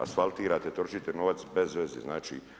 Asfaltirate, trošite novac bez veze, znači.